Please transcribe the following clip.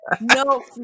no